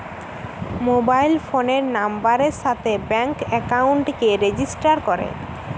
mobile ফোনের নাম্বারের সাথে ব্যাঙ্ক একাউন্টকে রেজিস্টার করে